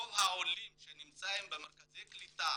רוב העולים שנמצאים במרכזי קליטה